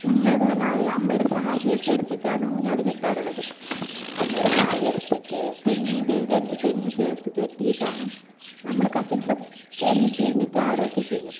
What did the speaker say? ഞങ്ങൾ എന്ന് പറഞ്ഞാൽ അമ്മയുടെ സാരിയൊക്കെ എടുത്തിട്ടാണ് ഊഞ്ഞാൽ കെട്ടാറുള്ളത് അമ്മയുടെ സാരിയെടുത്തിട്ട് തെങ്ങിൻ്റെ രണ്ട് തെങ്ങ് ചേർത്ത് കെട്ടിയിട്ടാണ് നമ്മൾ കസിൻസ് ഒക്കെ ഒന്നിച്ചിരുന്ന് ആടുകയൊക്കെ ചെയ്യും